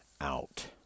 out